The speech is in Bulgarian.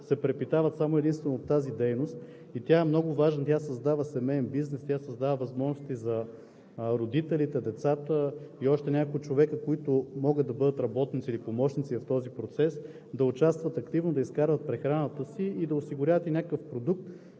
се препитават само и единствено от тази дейност и тя е много важна, тя създава семеен бизнес, тя създава възможности за родителите, децата и още няколко човека, които могат да бъдат работници или помощници в този процес да участват активно, да изкарват прехраната си и да осигуряват и някакъв продукт,